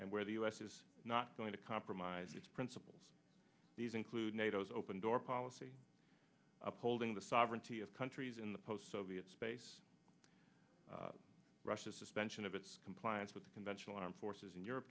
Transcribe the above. where the u s is not going to compromise its principles these include nato is open door policy upholding the sovereignty of countries in the post soviet space russia suspension of its compliance with the conventional armed forces in europe